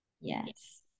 Yes